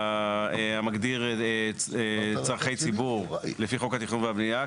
המגדיר צרכי ציבור לפי חוק התכנון והבנייה,